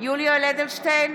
יולי יואל אדלשטיין,